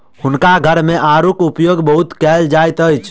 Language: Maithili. हुनका घर मे आड़ूक उपयोग बहुत कयल जाइत अछि